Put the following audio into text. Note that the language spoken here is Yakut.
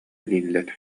дииллэр